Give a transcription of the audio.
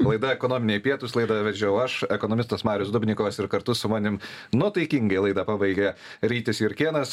laida ekonominiai pietūs laidą vedžiau aš ekonomistas marius dubnikovas ir kartu su manim nuotaikingai laidą pabaigė rytis jurkėnas